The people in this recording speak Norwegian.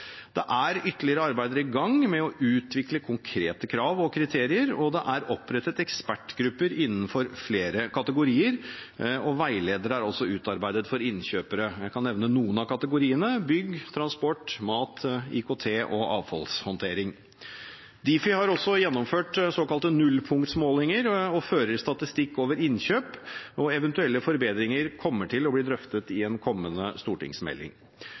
Det er ytterligere arbeider i gang med å utvikle konkrete krav og kriterier, og det er opprettet ekspertgrupper innenfor flere kategorier, og veiledere er også utarbeidet for innkjøpere. Jeg kan nevne noen av kategoriene: bygg, transport, mat, IKT og avfallshåndtering. Difi har også gjennomført såkalte nullpunktsmålinger og fører statistikk over innkjøp. Eventuelle forbedringer kommer til å bli drøftet i en kommende stortingsmelding.